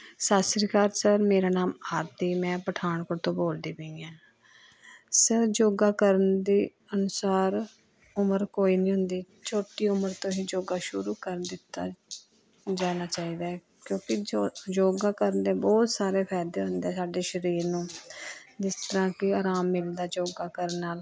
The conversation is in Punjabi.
ਸਤਿ ਸ਼੍ਰੀ ਅਕਾਲ ਸਰ ਮੇਰਾ ਨਾਮ ਆਰਤੀ ਮੈਂ ਪਠਾਨਕੋਟ ਤੋਂ ਬੋਲਦੀ ਪਈ ਐਂ ਸਰ ਯੋਗਾ ਕਰਨ ਦੇ ਅਨੁਸਾਰ ਉਮਰ ਕੋਈ ਨਹੀਂ ਹੁੰਦੀ ਛੋਟੀ ਉਮਰ ਤੋਂ ਹੀ ਯੋਗਾ ਸ਼ੁਰੂ ਕਰ ਦਿੱਤਾ ਜਾਣਾ ਚਾਹੀਦਾ ਹੈ ਕਿਉਂਕਿ ਜੋ ਯੋਗਾ ਕਰਨ ਦੇ ਬਹੁਤ ਸਾਰੇ ਫਾਇਦੇ ਹੁੰਦੇ ਸਾਡੇ ਸਰੀਰ ਨੂੰ ਜਿਸ ਤਰ੍ਹਾਂ ਕਿ ਆਰਾਮ ਮਿਲਦਾ ਯੋਗਾ ਕਰਨ ਨਾਲ